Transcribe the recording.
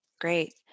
Great